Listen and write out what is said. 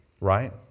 Right